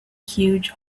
huge